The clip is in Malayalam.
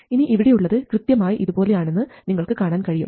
ഇനി ഇവിടെയുള്ളത് കൃത്യമായി ഇതുപോലെ ആണെന്ന് നിങ്ങൾക്ക് കാണാൻ കഴിയും